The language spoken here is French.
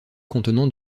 contenant